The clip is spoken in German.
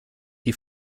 die